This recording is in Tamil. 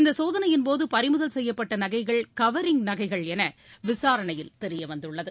இந்த சோதனையின்போது பறிமுதல் செய்யப்பட்ட நகைகள் கவரிங் நகைகள் என விசாரணையில் தெரியவந்துள்ளது